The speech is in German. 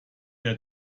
der